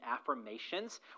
affirmations